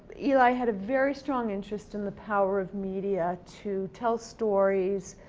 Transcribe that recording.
eli had a very strong interest in the power of media to tell stories,